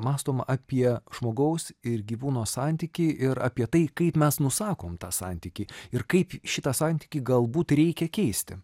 mąstom apie žmogaus ir gyvūno santykį ir apie tai kaip mes nusakom tą santykį ir kaip šitą santykį galbūt reikia keisti